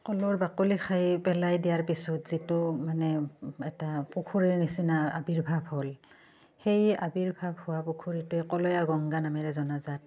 কলৰ বাকলি খাই পেলাই দিয়াৰ পিছত যিটো মানে এটা পুখুৰীৰ নিচিনা আৱিৰ্ভাৱ হ'ল সেই আৱিৰ্ভাৱ হোৱা পুখুৰীটোৱে কলয়া গংগা নামেৰে জনাজাত